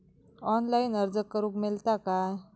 Online अर्ज करूक मेलता काय?